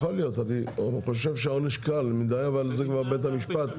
אני חושב שהעונש קל מידי, אבל זה כבר בית המשפט.